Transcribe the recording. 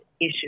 issue